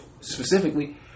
specifically